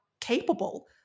capable